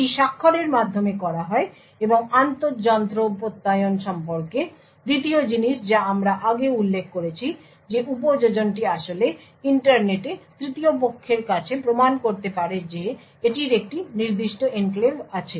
এটি স্বাক্ষরের মাধ্যমে করা হয় এবং আন্তঃযন্ত্র প্রত্যয়ন সম্পর্কে দ্বিতীয় জিনিস যা আমরা আগে উল্লেখ করেছি যে উপযোজনটি আসলে ইন্টারনেটে তৃতীয় পক্ষের কাছে প্রমাণ করতে পারে যে এটির একটি নির্দিষ্ট এনক্লেভ আছে